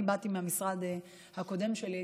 אני באתי מהמשרד הקודם שלי,